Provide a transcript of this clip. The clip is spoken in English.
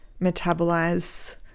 metabolize